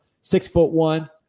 Six-foot-one